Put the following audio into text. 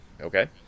Okay